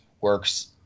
works